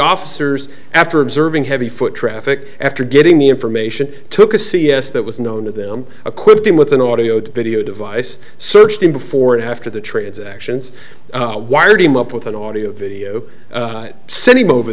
officers after observing heavy foot traffic after getting the information took a c s that was known to them acquit him with an audio video device searched him before and after the transactions wire team up with an audio video sent him over